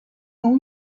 اون